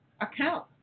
account